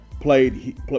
played